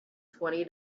twenty